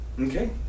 Okay